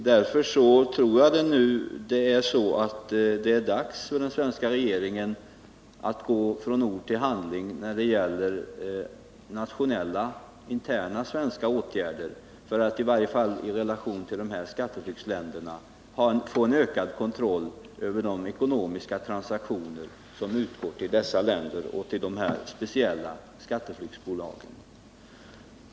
Därför tror jag det är dags för den svenska regeringen att gå från ord till handling och vidta interna svenska åtgärder för att, i varje fall i relation till de här skatteflyktsländerna, få en ökad kontroll över de ekonomiska transaktioner och det kapital som utgår till dessa länder och till de speciella skatteflyktsbolagen.